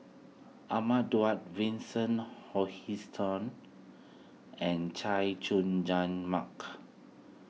Ahmad Daud Vincent Hoisington and Chay Jung Jun Mark